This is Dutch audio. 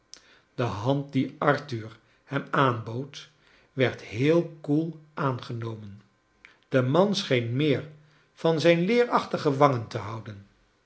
de hand die arthur hem aanbood werd heel koel aangenomen de man scheen meer van zijn leerachtige wangen te houden